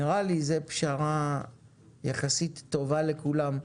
נראה לי שזו פשרה יחסית טובה לכולם.